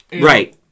Right